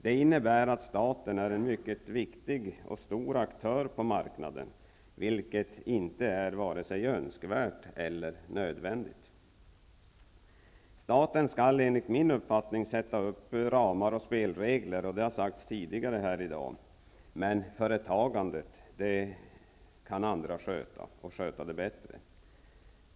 Det innebär att staten är en mycket viktig och stor aktör på marknaden, vilket inte är vare sig önskvärt eller nödvändigt. Staten skall enligt min uppfattning sätta upp ramar och spelregler, vilket har sagts tidigare i dag, men företagandet kan andra sköta, och sköta det bättre.